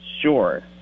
sure